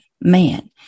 man